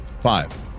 Five